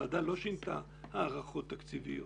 הוועדה לא שינתה הערכות תקציביות.